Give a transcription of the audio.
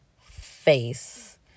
face